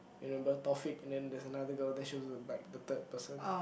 remember Taufik and then there's another girl that she was like the third person